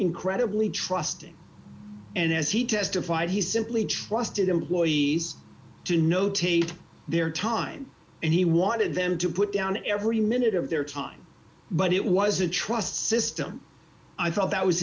incredibly trusting and as he testified he simply trusted employees to notate their time and he wanted them to put down every minute of their time but it was a trust system i thought that was